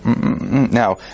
Now